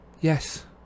Yes